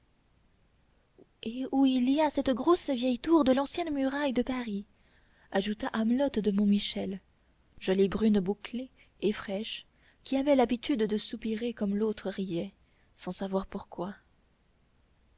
et où il y a cette grosse vieille tour de l'ancienne muraille de paris ajouta amelotte de montmichel jolie brune bouclée et fraîche qui avait l'habitude de soupirer comme l'autre riait sans savoir pourquoi